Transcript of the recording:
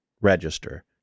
register